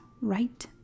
right